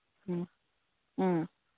ꯎꯝ ꯎꯝ